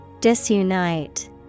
disunite